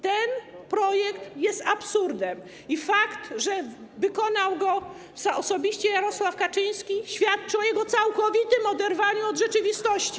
Ten projekt jest absurdem i fakt, że wprowadził go osobiście Jarosław Kaczyński, świadczy o jego całkowitym oderwaniu od rzeczywistości.